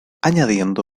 añadiendo